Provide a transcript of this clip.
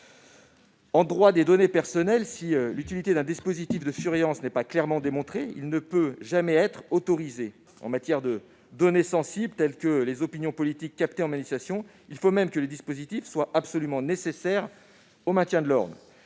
En droit des données personnelles, si l'utilité d'un dispositif de surveillance n'est pas clairement démontrée, celui-ci ne peut jamais être autorisé. Là où sont en cause des données sensibles telles que les opinions politiques captées en manifestation, il faut même, pour qu'ils soient autorisés, que ces dispositifs soient absolument nécessaires au maintien de l'ordre.